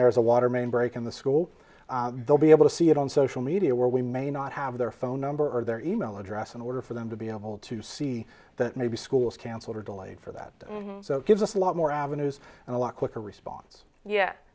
there's a water main break in the school they'll be able to see it on social media where we may not have their phone number or their e mail address in order for them to be able to see that maybe school is canceled or delayed for that so it gives us a lot more avenues and a lot quicker response ye